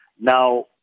now